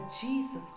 Jesus